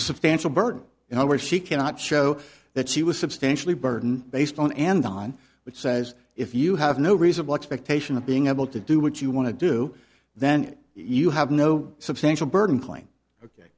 substantial burden you know where she cannot show that she was substantially burden based on and on which says if you have no reasonable expectation of being able to do what you want to do then you have no substantial burden